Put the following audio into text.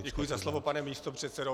Děkuji za slovo, pane místopředsedo.